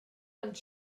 ond